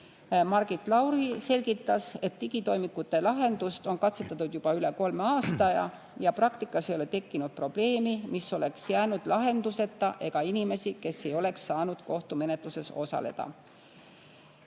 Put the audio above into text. Margit Lauri selgitas, et digitoimikute lahendust on katsetatud juba üle kolme aasta ja praktikas ei ole tekkinud probleemi, mis oleks jäänud lahenduseta, ega inimesi, kes ei oleks saanud kohtumenetluses osaleda.